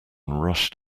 rushed